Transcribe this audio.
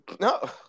No